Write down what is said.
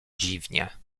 dziwnie